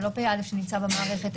זה לא פ"א שנמצא במערכת,